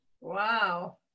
Wow